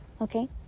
okay